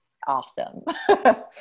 Awesome